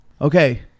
Okay